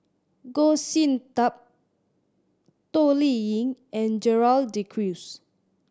Goh Sin Tub Toh Liying and Gerald De Cruz